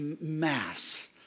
mass